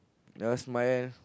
never smile